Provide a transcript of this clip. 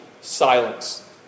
silence